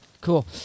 cool